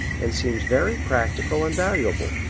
and seems very practical and valuable.